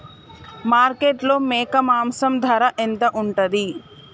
మార్కెట్లో మేక మాంసం ధర ఎంత ఉంటది?